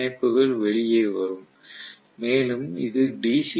இந்த இணைப்புகள் வெளியே வரும் மேலும் இது டி